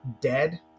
dead